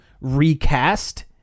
recast